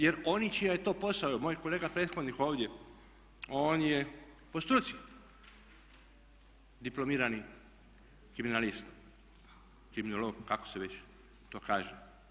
Jer oni čiji je to posao, evo moj kolega prethodnik ovdje on je po struci diplomirani kriminalist, kriminolog kako se već to kaže.